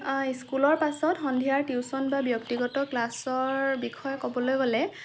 স্কুলৰ পাছত সন্ধিয়াৰ টিউচন বা ব্যক্তিগত ক্লাছৰ বিষয়ে ক'বলৈ গ'লে